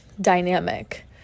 dynamic